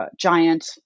Giant